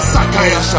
Sakaya